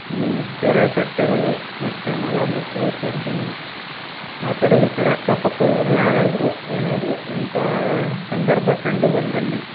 ನೀವು ಕೆರೆ ಕಟ್ಟೆಗಳು ಮತ್ತು ಮಲ ಮೂತ್ರ ವಿಸರ್ಜನೆ ಆ ಕಡೆ ಈ ಕಡೆ ಅಕ್ಕಪಕ್ಕದವ್ರುರು ಯಾರಾದ್ರೂ ಏನಾದ್ರೂ ಇಂಥ ಸಂದರ್ಭ ಕಂಡು ಬಂದಲ್ಲಿ